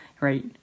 right